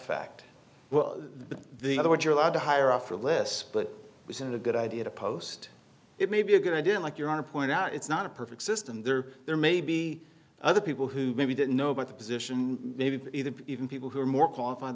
fact well but the other what you're allowed to hire off the list but we send a good idea to post it may be a good idea like you're on to point out it's not a perfect system there or there may be other people who maybe didn't know about the position maybe even people who are more qualified